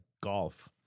golf